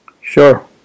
Sure